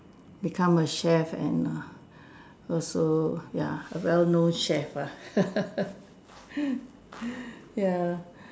become a chef and err also ya well known chef ah ya